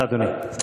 תודה, אדוני השר.